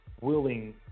willing